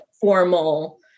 formal